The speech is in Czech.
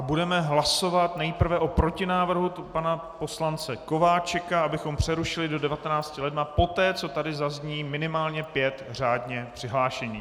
Budeme hlasovat nejprve o protinávrhu pana poslance Kováčika, abychom přerušili do 19. ledna poté, co tady zazní minimálně pět řádně přihlášených.